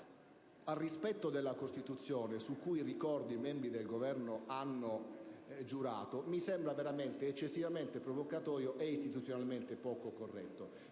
al rispetto della Costituzione, su cui ricordo che i membri del Governo hanno giurato, mi sembra veramente eccessivamente provocatorio e istituzionalmente poco corretto.